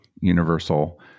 universal